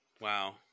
Wow